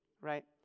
right